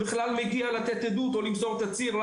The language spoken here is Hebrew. שמגיע בכלל לתת עדות או למסור תצהיר.